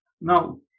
Now